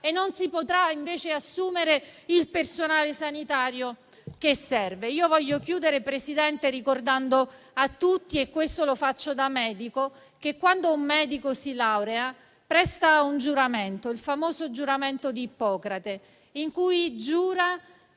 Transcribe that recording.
e non si potrà invece assumere il personale sanitario che serve. Voglio concludere, Presidente, ricordando a tutti - e questo lo faccio da medico - che quando un medico si laurea presta un giuramento, il famoso Giuramento di Ippocrate, in cui giura